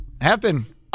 Happen